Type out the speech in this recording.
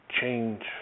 change